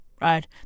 Right